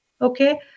Okay